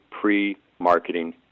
pre-marketing